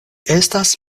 estas